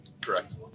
Correct